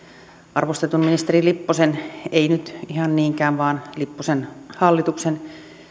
arvostetun ministeri lipposen ei nyt ihan niinkään vaan lipposen hallituksen